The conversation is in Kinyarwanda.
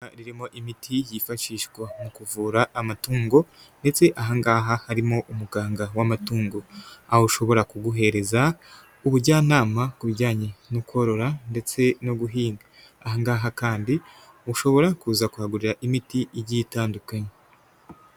Iduka ririmo imiti yifashishwa mu kuvura amatungo ndetse aha ngaha harimo umuganga w'amatungo, aho ashobora kuguhereza ubujyanama ku bijyanye no korora ndetse no guhinga, aha ngaha kandi ushobora kuza kwagurira imiti igiye itandukanye.